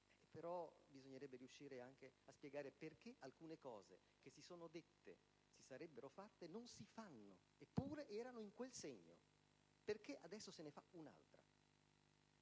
Però, bisognerebbe riuscire anche a spiegare perché alcune cose che si è detto si sarebbero fatte non si fanno, eppure erano in quel segno: perché adesso se ne fa un'altra?